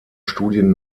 studien